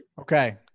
Okay